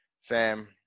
Sam